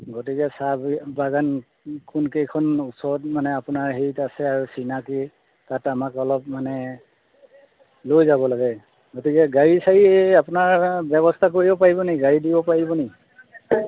গতিকে চাহ বি বাগান কোনকেইখন ওচৰত মানে আপোনাৰ হেৰিত আছে আৰু চিনাকি তাত আমাক অলপ মানে লৈ যাব লাগে গতিকে গাড়ী চাৰী হেৰি আপোনাৰ ব্যৱস্থা কৰি দিব পাৰিব নেকি গাড়ী দিব পাৰিব নেকি